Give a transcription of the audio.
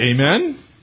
Amen